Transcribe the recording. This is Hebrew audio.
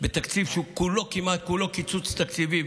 בתקציב שכמעט כולו קיצוץ תקציבי,